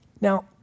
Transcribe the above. Now